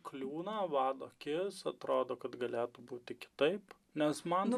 kliūna vado akis atrodo kad galėtų būti kitaip nes man